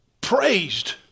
praised